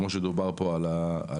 כמו שדובר פה על הבא"חים,